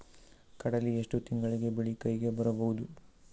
ಕಡಲಿ ಎಷ್ಟು ತಿಂಗಳಿಗೆ ಬೆಳೆ ಕೈಗೆ ಬರಬಹುದು?